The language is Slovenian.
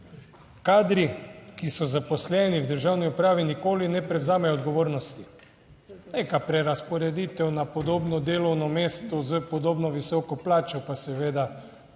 Kadri, ki so zaposleni v državni upravi, nikoli ne prevzamejo odgovornosti. Neka prerazporeditev na podobno delovno mesto s podobno visoko plačo pa seveda